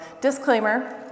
disclaimer